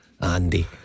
Andy